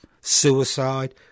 suicide